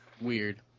Weird